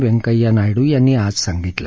व्यकंय्या नायडू यांनी आज सांगितलं